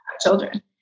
children